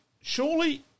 surely